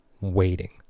waiting